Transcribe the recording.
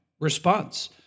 response